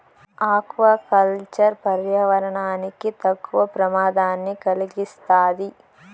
aqua culture పర్యావరణానికి తక్కువ ప్రమాదాన్ని కలిగిస్తాది